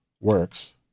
works